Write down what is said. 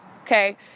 Okay